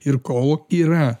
ir kol yra